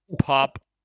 pop